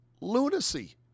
lunacy